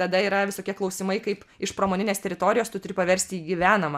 tada yra visokie klausimai kaip iš pramoninės teritorijos tu turi paversti į gyvenamą